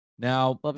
Now